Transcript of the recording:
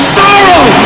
sorrow